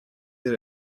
that